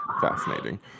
fascinating